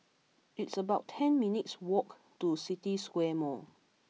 it's about ten minutes' walk to City Square Mall